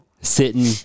sitting